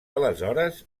aleshores